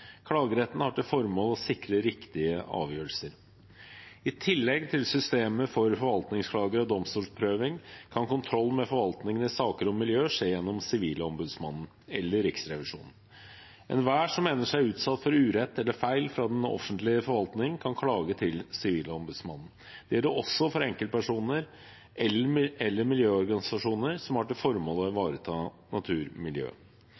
Klageretten har til formål å sikre riktige avgjørelser. I tillegg til systemet for forvaltningsklager og domstolsprøving kan kontroll med forvaltningen i saker om miljø skje gjennom Sivilombudsmannen eller Riksrevisjonen. Enhver som mener seg utsatt for urett eller feil fra den offentlige forvaltningen, kan klage til Sivilombudsmannen. Det gjelder også for enkeltpersoner eller miljøorganisasjoner som har til formål å